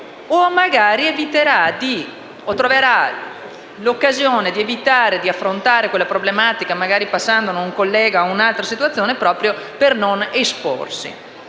una TAC in più o troverà l'occasione di evitare di affrontare quella problematica, passandola ad un collega o ad un'altra situazione, proprio per non esporsi.